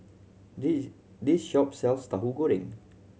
this this shop sells Tauhu Goreng